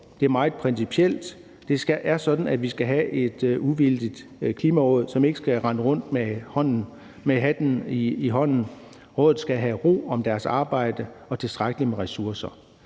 det er meget principielt. Det er sådan, at vi skal have et uvildigt Klimaråd, som ikke skal rende rundt med hatten i hånden. Rådet skal have ro om deres arbejde og tilstrækkelig med ressourcer.